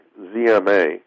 ZMA